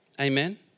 Amen